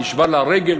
נשברה לה הרגל,